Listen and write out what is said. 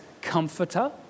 comforter